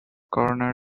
corner